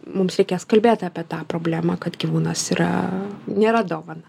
mums reikės kalbėt apie tą problemą kad gyvūnas yra nėra dovana